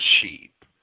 sheep